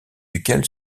duquel